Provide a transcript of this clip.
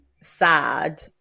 sad